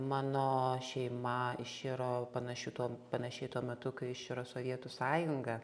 mano šeima iširo panašiu tuo panašiai tuo metu kai iširo sovietų sąjunga